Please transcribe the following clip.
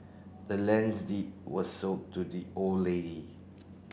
the land's deed was sold to the old lady